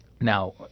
Now